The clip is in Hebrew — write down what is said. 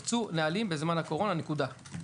יצאו נהלים בזמן הקורונה, נקודה.